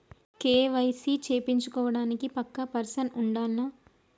KYC చేపిచ్చుకోవడానికి పక్కా person ఉండాల్నా?